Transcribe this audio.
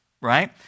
right